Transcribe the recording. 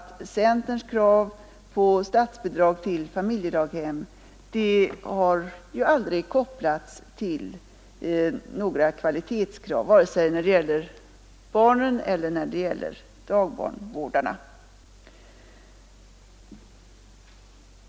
Centerns krav på statsbidrag till familjedaghem har aldrig kopplats till några kvalitetskrav vare sig när det gäller barnen eller dagbarnsvårdarna.